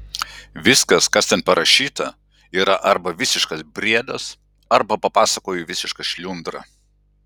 viskas kas ten parašyta yra arba visiškas briedas arba papasakojo visiška šliundra